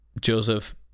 Joseph